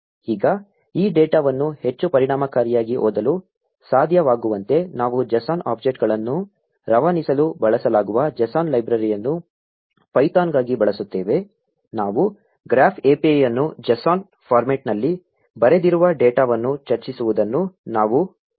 ಈಗ ಈ ಡೇಟಾವನ್ನು ಹೆಚ್ಚು ಪರಿಣಾಮಕಾರಿಯಾಗಿ ಓದಲು ಸಾಧ್ಯವಾಗುವಂತೆ ನಾವು JSON ಆಬ್ಜೆಕ್ಟ್ಗಳನ್ನು ರವಾನಿಸಲು ಬಳಸಲಾಗುವ JSON ಲೈಬ್ರರಿಯನ್ನು ಪೈಥಾನ್ಗಾಗಿ ಬಳಸುತ್ತೇವೆ ನಾವು ಗ್ರಾಫ್ API ಅನ್ನು JSON ಫಾರ್ಮ್ಯಾಟ್ನಲ್ಲಿ ಬರೆದಿರುವ ಡೇಟಾವನ್ನು ಚರ್ಚಿಸುವುದನ್ನು ನಾವು ನೆನಪಿಸಿಕೊಂಡರೆ